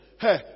Hey